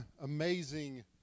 amazing